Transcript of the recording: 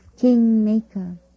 king-maker